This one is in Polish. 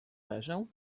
leżę